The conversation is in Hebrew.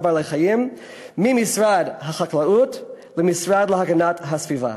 בעלי-חיים ממשרד החקלאות למשרד להגנת הסביבה,